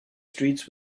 streets